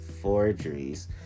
forgeries